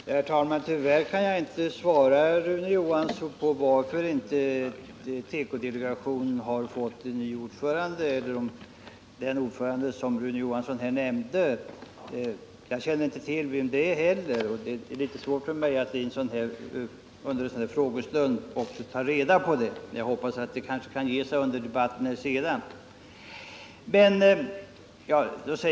Herr talman! Tyvärr kan jag inte ge Rune Johansson i Ljungby besked om varför tekodelegationen inte har fått en ny ordförande, och jag känner inte heller till något om den ordförande som han här nämnde. Det är också litet svårt för mig att ta reda på det under ett replikskifte, men jag hoppas att det kan ge sig senare under debatten.